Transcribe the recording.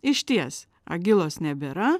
išties agilos nebėra